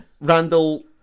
Randall